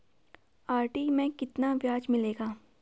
RD में कितना ब्याज मिलेगा?